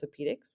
orthopedics